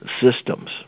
systems